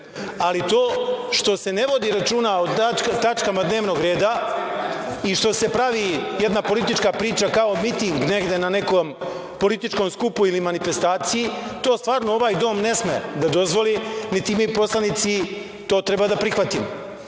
ali to što se ne vodi računa o tačkama dnevnog reda i što se pravi jedna politička priča, kao miting negde na nekom političkom skupu ili manifestaciji, to stvarno ovaj Dom ne sme da dozvoli, niti mi poslanici to treba da prihvatimo. Ja